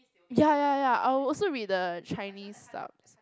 ya ya ya I'll also read the Chinese sub